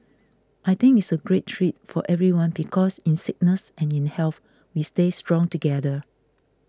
I think it's a great treat for everyone because in sickness and in health we stay strong together